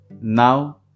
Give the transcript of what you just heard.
Now